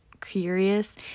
curious